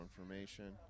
information